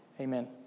Amen